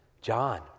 John